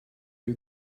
you